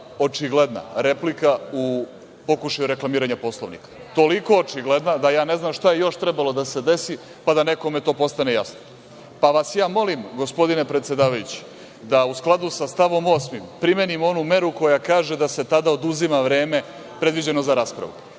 očigledna replika u pokušaju reklamiranja Poslovnika, toliko očigledna da ja ne znam šta je još trebalo da se desi pa da nekome to postane jasno, pa vas ja molim, gospodine predsedavajući, da u skladu sa stavom 8. primenimo onu meru koja kaže da se tada oduzima vreme predviđeno za raspravu